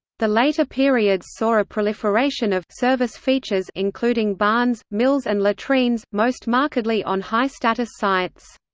the later periods saw a proliferation of service features including barns, mills and latrines, most markedly on high-status sites.